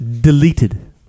Deleted